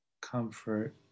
comfort